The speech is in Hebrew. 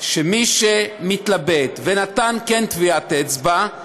מי שמתלבט וכן נתן טביעת אצבע,